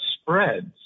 spreads